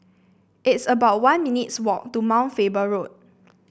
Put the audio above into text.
it's about one minutes walk to Mount Faber Road